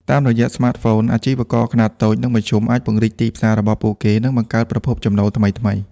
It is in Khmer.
តាមរយៈស្មាតហ្វូន អាជីវករខ្នាតតូច និងមធ្យមអាចពង្រីកទីផ្សាររបស់ពួកគេ និងបង្កើតប្រភពចំណូលថ្មីៗ។